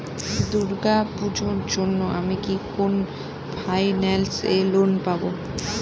দূর্গা পূজোর জন্য আমি কি কোন ফাইন্যান্স এ লোন পাবো?